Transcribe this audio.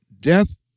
death